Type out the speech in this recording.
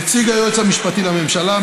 נציג היועץ המשפטי לממשלה,